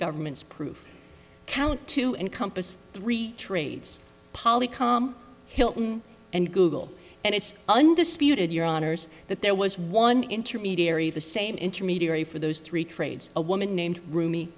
government's proof count to encompass three trades polley com hilton and google and it's undisputed your honour's that there was one intermediary the same intermediary for those three trades a woman named r